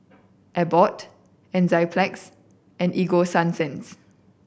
Abbott Enzyplex and Ego Sunsense